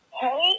Hey